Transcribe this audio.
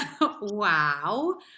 wow